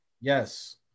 Yes